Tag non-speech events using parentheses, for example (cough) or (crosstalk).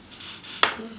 (noise) yes